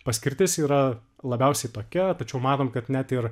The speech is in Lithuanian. paskirtis yra labiausiai tokia tačiau matom kad net ir